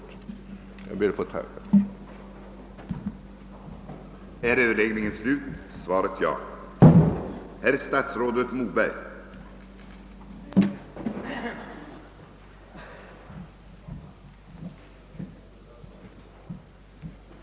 Jag ber att än en gång få tacka för svaret.